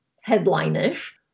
headline-ish